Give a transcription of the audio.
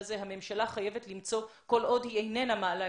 הוא לא נמצא כאן כיוון שהוא לא מרגיש טוב היום.